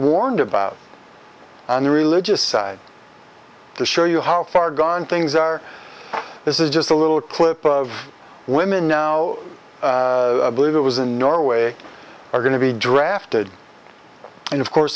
warned about on the religious side to show you how far gone things are this is just a little clip of women now believe it was in norway are going to be drafted and of course